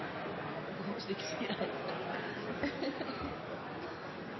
gong, og det er ei